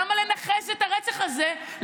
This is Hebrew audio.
למה לנכס את הרצח הזה,